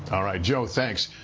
all right jo, thanks.